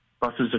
buses